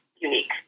unique